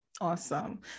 Awesome